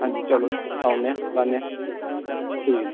अंजी चलो आने आं लाने आं ठीक